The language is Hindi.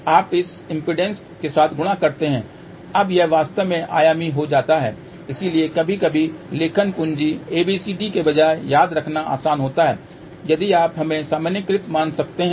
आप इस इम्पीडेन्स के साथ गुणा करते हैं अब यह वास्तव में आयामी हो जाता है इसलिए कभी कभी लेखन पूंजी ABCD के बजाय याद रखना आसान होता है यदि आप हमें सामान्यीकृत मान कहते हैं